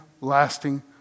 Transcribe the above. lasting